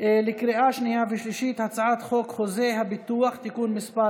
הצעת חוק חוזה הביטוח (תיקון מס'